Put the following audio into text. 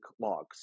logs